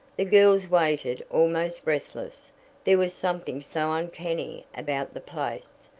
the girls waited almost breathless there was something so uncanny about the place.